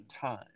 time